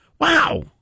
Wow